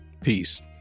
Peace